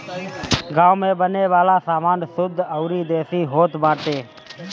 गांव में बने वाला सामान शुद्ध अउरी देसी होत बाटे